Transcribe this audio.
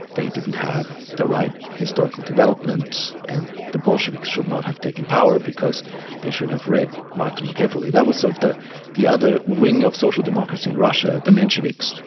they didn't have the right historical development and the bolsheviks should not have taken power because they should have read marx more carefully. that was so the the other wing of social democracy in russia, the mensheviks,